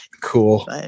cool